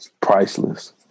Priceless